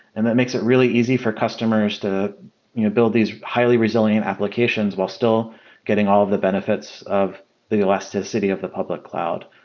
and that makes it really easy for customers to you know build these highly resilient applications while still getting all of the benefits of the elasticity of the public cloud.